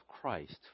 Christ